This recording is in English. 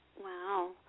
Wow